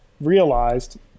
realized